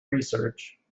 research